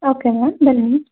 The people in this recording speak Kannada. ಓಕೆ ಮ್ಯಾಮ್ ಬನ್ನಿ